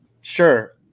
Sure